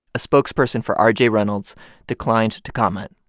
a spokesperson for r j. reynolds declined to comment.